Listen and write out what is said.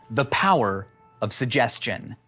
the power of suggestion.